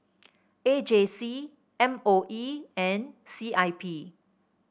A J C M O E and C I P